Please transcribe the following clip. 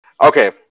okay